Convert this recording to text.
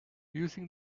using